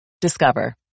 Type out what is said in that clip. Discover